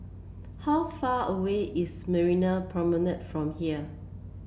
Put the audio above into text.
how far away is Marina Promenade from here